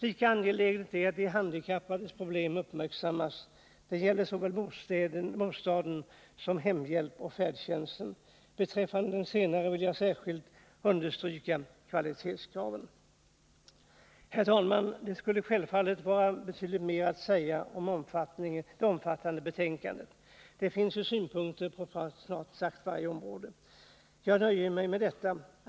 Lika angeläget är det att de handikappades problem uppmärksammas. Det gäller såväl bostad som hemhjälp och färdtjänst. Beträffande den sistnämnda vill jag särskilt understryka kvalitetskraven. Herr talman! Det skulle vara betydligt mera att säga om det omfattande betänkandet. Det finns ju synpunkter på snart sagt varje område. Jag nöjer mig emellertid med detta nu.